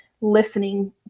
listening